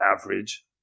average